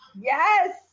Yes